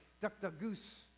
duck-duck-goose